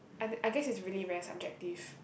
and I guess it's really very subjective